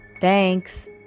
Thanks